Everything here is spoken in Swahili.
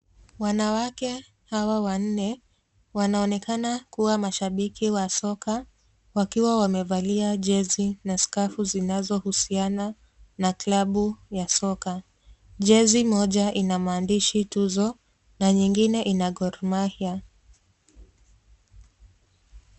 Wanawake hawa wanne wanaonekana kuwa mashabiki wa soka wakiwa wamevalia jezi na skafu zinazohusiana na klabu ya soka. Jezi moja inamaandishi Tuzo na nyingine ina Gormahia.